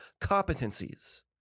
competencies